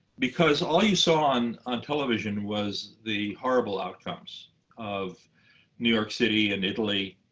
because all you saw on on television was the horrible outcomes of new york city and italy.